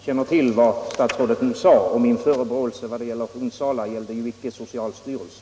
Herr talman! Jag känner till dessa instruktioner, och min förebråelse i fråga om Onsala gällde icke socialstyrelsen.